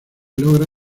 logra